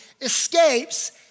escapes